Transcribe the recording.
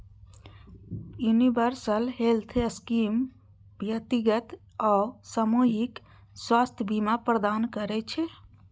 universal health scheme व्यक्तिगत आ सामूहिक स्वास्थ्य बीमा प्रदान करै छै